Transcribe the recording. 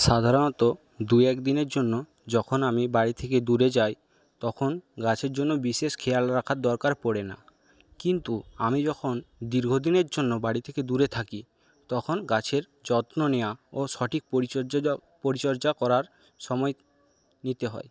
সাধারণত দু এক দিনের জন্য যখন আমি বাড়ি থেকে দূরে যাই তখন গাছের জন্য বিশেষ খেয়াল রাখার দরকার পরে না কিন্তু আমি যখন দীর্ঘদিনের জন্য বাড়ি থেকে দূরে থাকি তখন গাছের যত্ন নেওয়া ও সঠিক পরিচর্যা করার সময় দিতে হয়